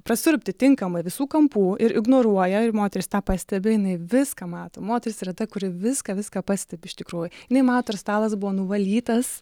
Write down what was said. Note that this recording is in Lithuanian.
prasiurbti tinkamai visų kampų ir ignoruoja ir moterys tą pastebi jinai viską mato moteris yra ta kuri viską viską pastebi iš tikrųjų jinai mato ar stalas buvo nuvalytas